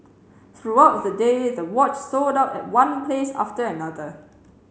throughout the day the watch sold out at one place after another